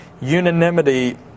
unanimity